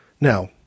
Now